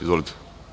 Izvolite.